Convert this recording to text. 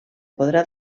podrà